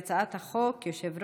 על כן, הצעת החוק העונשין (תיקון מס' 141)